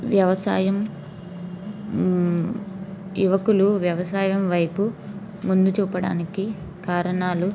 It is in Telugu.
వ్యవసాయం యువకులు వ్యవసాయం వైపు ముందు చూపడానికి కారణాలు